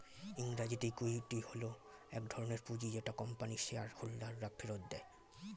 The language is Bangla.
ইংরেজিতে ইক্যুইটি হল এক ধরণের পুঁজি যেটা কোম্পানির শেয়ার হোল্ডাররা ফেরত দেয়